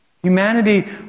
Humanity